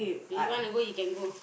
you want to go he can go